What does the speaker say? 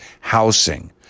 housing